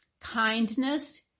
kindness